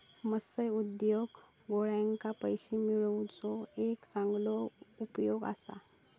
मत्स्य उद्योग कोळ्यांका पैशे मिळवुचो एक चांगलो पर्याय असा